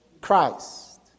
Christ